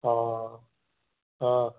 ହଁ ହଁ